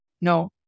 No